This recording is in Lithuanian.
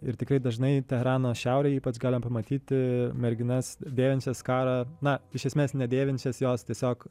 ir tikrai dažnai teherano šiaurėje pats gali pamatyti merginas dėvinčias skarą na iš esmės nedėvinčias jos tiesiog